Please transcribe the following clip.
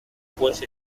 fuese